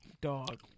dog